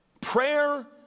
Prayer